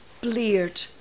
bleared